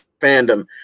fandom